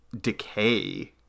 decay